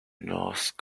norse